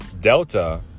Delta